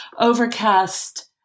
overcast